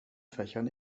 fächern